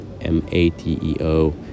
m-a-t-e-o